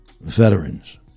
veterans